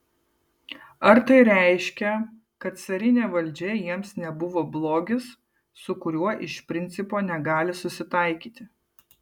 ar tai reiškia kad carinė valdžia jiems nebuvo blogis su kuriuo iš principo negali susitaikyti